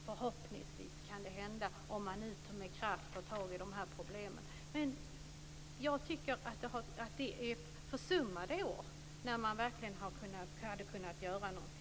Förhoppningsvis kan det hända, om man nu med kraft tar tag i de här problemen. Men jag tycker att detta har försummats i år när man verkligen hade kunnat göra någonting.